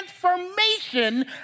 transformation